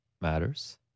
matters